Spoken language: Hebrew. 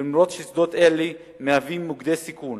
אף ששדות אלה מהווים מוקדי סיכון